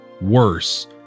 worse